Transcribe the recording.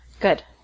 good